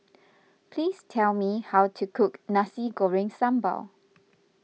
please tell me how to cook Nasi Goreng Sambal